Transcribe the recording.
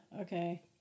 Okay